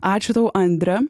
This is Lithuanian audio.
ačiū tau andre